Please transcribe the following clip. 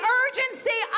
urgency